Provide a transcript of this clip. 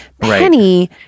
Penny